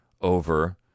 over